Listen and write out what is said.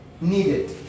needed